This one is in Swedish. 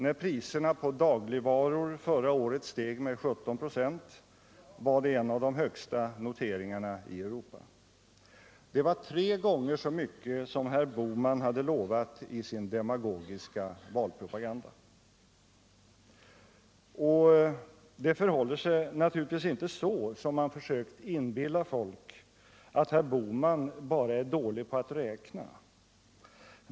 När priserna på dagligvaror förra året steg med 17 ”ö var det en av de högsta noteringarna i Europa. Det var tre gånger så mycket som herr Bohman hade lovat I sin demagogiska valpropaganda. Och det förhåller sig naturligtvis inte så, som man försökt inbilla folk, att herr Bohman bara är dålig på att räkna.